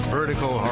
Vertical